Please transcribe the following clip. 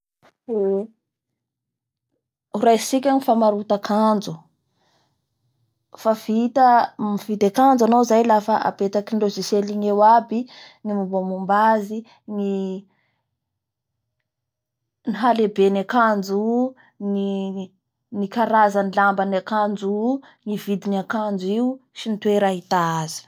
Eeee! Horaisintsika ny famarota ankanjo fa vita mi-mividy akanjo enao zay dafa apetaky ny logicielle eo aby ny mombamomba azy, ny halehibe ny ankanjo io, ny karazan'ny lamaban'ny akanjo io, ny vidiny akajo io sy ny toera ahita azy.